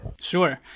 Sure